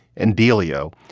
and dealio.